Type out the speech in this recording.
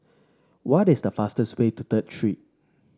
what is the fastest way to Third Street